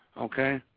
Okay